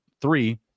three